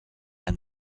and